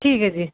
ਠੀਕ ਏ ਜੀ